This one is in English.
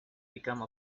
become